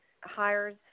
hires